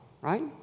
right